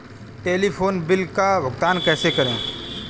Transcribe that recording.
Telephone bill का भुगतान कैसे करें?